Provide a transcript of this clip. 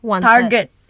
Target